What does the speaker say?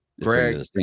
Greg